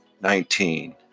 nineteen